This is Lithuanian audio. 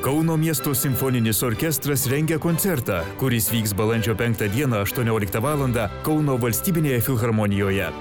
kauno miesto simfoninis orkestras rengia koncertą kuris vyks balandžio penktą dieną aštuonioliktą valandą kauno valstybinėje filharmonijoje